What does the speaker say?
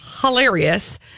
hilarious